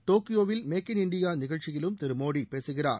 டோக்கியோவில் make in India நிகழ்ச்சியிலும் திரு மோடி பேசுகிறார்